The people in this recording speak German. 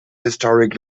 historic